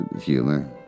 humor